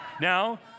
Now